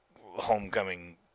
Homecoming